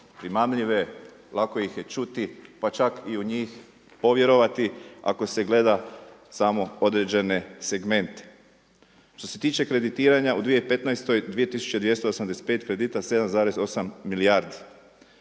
primamljive, lako ih je čuti, pa čak i u njih povjerovati ako se gleda samo određene segmente. Što se tiče kreditiranja u 2015. 2285 kredita, 7,8 milijardi.